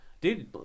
Dude